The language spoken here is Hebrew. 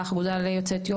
האגודה של יוצאי אתיופיה?